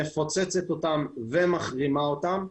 מפוצצת אותם ומחרימה אותם.